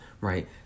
right